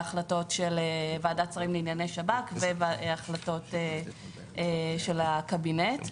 החלטות של ועדת שרים לענייני שב"כ והחלטות של הקבינט.